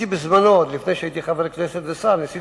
בזמנו, עוד לפני שהייתי חבר כנסת ושר, ניסיתי,